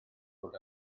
bod